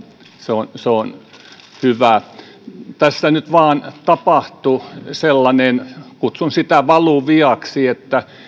se on on hyvä tässä nyt vain tapahtui sellainen kutsun sitä valuviaksi että